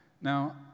Now